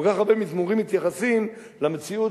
בכל כך הרבה מזמורים מתייחסים למציאות